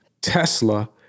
Tesla